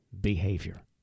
behavior